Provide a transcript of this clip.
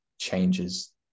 changes